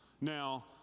now